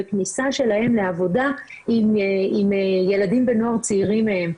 וכניסה שלהם לעבודה עם ילדים ונוער צעירים מהם.